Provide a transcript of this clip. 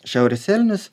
šiaurės elnius